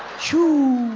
shoo.